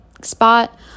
spot